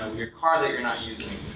your car that you're not using,